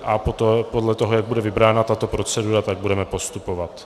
A podle toho, jak bude vybrána tato procedura, tak budeme postupovat.